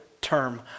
term